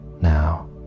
now